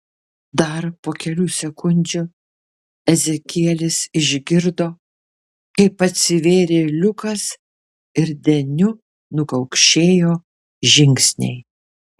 dar po kelių sekundžių ezekielis išgirdo kaip atsivėrė liukas ir deniu nukaukšėjo žingsniai